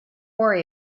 worry